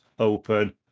open